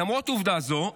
למרות עובדה זו,